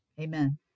Amen